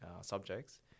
subjects